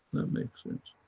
that makes sense.